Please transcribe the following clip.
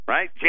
Right